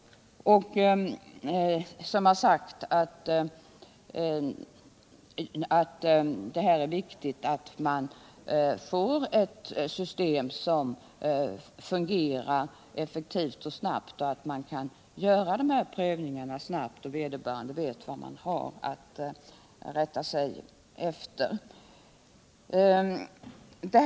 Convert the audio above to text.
Som jag sagt är det viktigt att få ett system som fungerar effektivt och snabbt, så att prövningarna kan företas omedelbart och vederbörande vet vad de har att rätta sig efter.